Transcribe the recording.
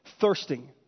Thirsting